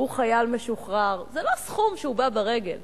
הוא חייל משוחרר, זה לא סכום שבא ברגל.